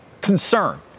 concern